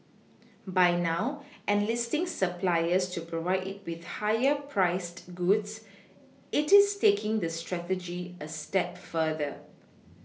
by now enlisting suppliers to provide it with higher priced goods it is taking this strategy a step further